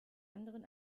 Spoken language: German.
anderen